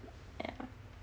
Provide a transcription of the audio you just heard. yah